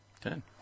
Ten